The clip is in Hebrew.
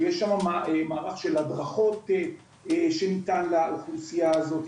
יש שם מערך של הדרכות שניתן לאוכלוסייה הזאת.